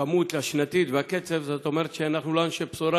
הכמות השנתית והקצב זאת אומרת שאנחנו לא אנשי בשורה,